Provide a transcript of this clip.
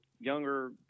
younger